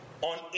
on